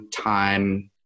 time